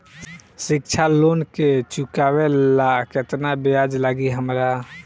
शिक्षा लोन के चुकावेला केतना ब्याज लागि हमरा?